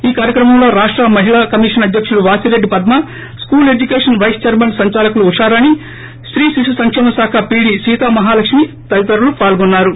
ఈ కార్యక్రమంలో రాష్ట మహిళా కమీషన్ అధ్యకులు Vasireddy Padma school education vice chairman సంచాలకులు ఉషారాణి స్తీ శిశు సంకేమ శాఖ పీడి సీతామహాలక్ష్మీ తదితరులు పాల్గొన్నారు